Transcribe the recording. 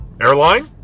airline